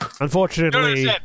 Unfortunately